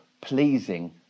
pleasing